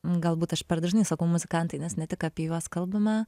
galbūt aš per dažnai sakau muzikantai nes ne tik apie juos kalbame